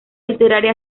literaria